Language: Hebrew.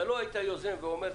אתה לא יוזם ואומר: